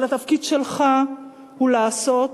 אבל התפקיד שלך הוא לעשות,